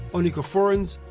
onychophorans,